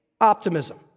optimism